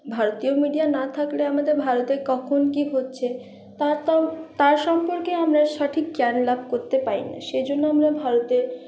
ভারতীয় মিডিয়া না থাকলে আমাদের ভারতে কখন কি হচ্ছে তা তাও তার সম্পর্কে আমরা সঠিক জ্ঞান লাভ করতে পারি না সেজন্য আমরা ভারতে